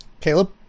Caleb